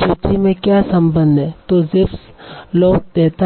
सूची में क्या संबंध है जो Zipf लॉ देता है